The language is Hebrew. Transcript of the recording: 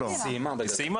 היא סיימה.